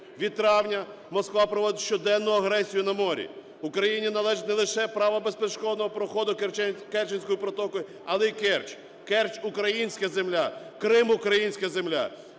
Від травня Москва проводить щоденну агресію на морі. Україні належить не лише право безперешкодного проходу Керченською протокою, але й Керч. Керч – українська земля! Крим – українська земля!